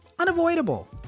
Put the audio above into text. unavoidable